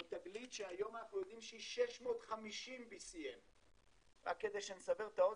זו תגלית שהיום אנחנו יודעים שהיא 650 BCM. רק כדי לסבר את האוזן,